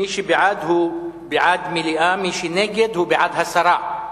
מי שבעד הוא בעד מליאה, מי שנגד הוא בעד הסרה.